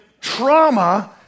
trauma